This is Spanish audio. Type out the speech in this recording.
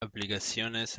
aplicaciones